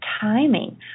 timing